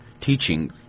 teaching